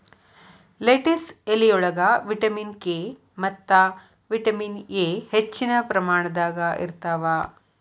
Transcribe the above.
lettuce ಎಲಿಯೊಳಗ vitamin K ಮತ್ತ vitamin A ಹೆಚ್ಚಿನ ಪ್ರಮಾಣದಾಗ ಇರ್ತಾವ